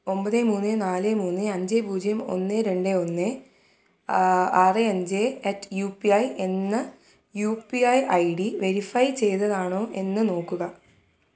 ഒൻപത് മൂന്ന് നാല് മൂന്ന് അഞ്ച് പൂജ്യം ഒന്ന് രണ്ട് ഒന്ന് ആറ് അഞ്ച് അറ്റ് യു പി ഐ എന്ന U P I I D verify ചെയ്തതാണോ എന്ന് നോക്കുക